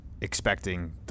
expecting